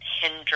hinder